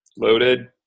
Loaded